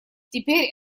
теперь